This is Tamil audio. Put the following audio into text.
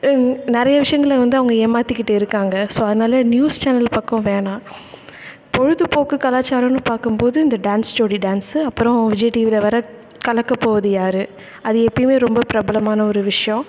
நிறைய விஷயங்கள வந்து அவங்க ஏமாற்றிக்கிட்டு இருக்காங்க ஸோ அதனால் நியூஸ் சேனல் பக்கம் வேணாம் பொழுதுபோக்கு கலாச்சாரம்ன்னு பார்க்கும் போது இந்த டான்ஸ் ஜோடி டான்ஸு அப்புறம் விஜய் டிவியில் வர கலக்கப்போவது யார் அது எப்போயுமே ரொம்ப பிரபலமான ஒரு விஷியம்